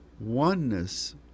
oneness